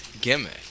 gimmick